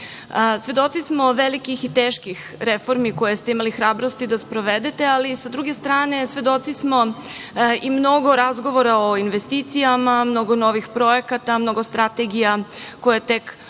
smo velikih i teških reformi koje ste imali hrabrosti da sprovedete, ali sa druge strane, svedoci smo i mnogo razgovora o investicijama, mnogo novih projekata, mnogo strategija koje tek očekuju